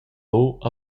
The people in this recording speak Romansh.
buc